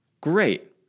great